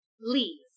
leave